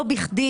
לא בכדי,